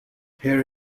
here